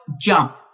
jump